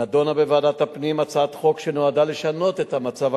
נדונה בוועדת הפנים הצעת חוק שנועדה לשנות את המצב